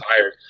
tired